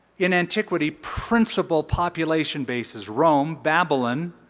in antiquity, principal population basis, rome babylon,